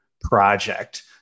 project